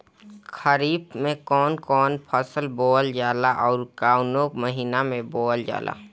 खरिफ में कौन कौं फसल बोवल जाला अउर काउने महीने में बोवेल जाला?